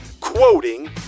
quoting